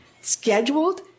scheduled